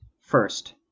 First